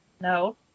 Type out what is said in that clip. No